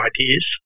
ideas